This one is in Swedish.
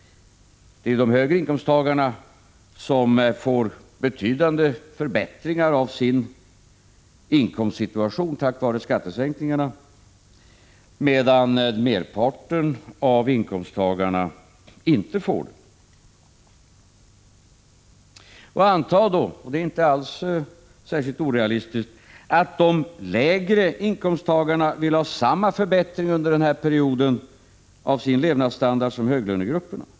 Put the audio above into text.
De högre inkomsttagarna får nämligen betydande förbättringar av sin inkomstsituation tack vare skattesänkningarna, medan merparten av inkomsttagarna inte får det. Anta då, vilket inte alls är särskilt orealistiskt, att de lägre inkomsttagarna vill ha samma förbättring av sin levnadsstandard under denna period som höglönegrupperna.